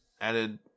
added